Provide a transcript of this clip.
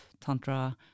Tantra